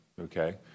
okay